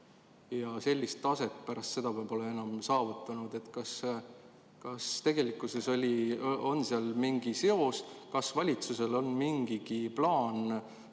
ja sellist taset pärast seda pole me enam saavutanud. Kas tegelikkuses on seal mingi seos ja kas valitsusel on mingigi plaan,